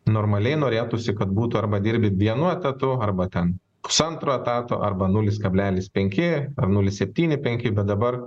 normaliai norėtųsi kad būtų arba dirbi vienu etatu arba ten pusantro etato arba nulis kablelis penki ar nulis septyni penki bet dabar